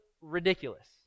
ridiculous